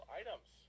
items